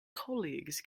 colleagues